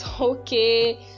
okay